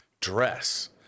dress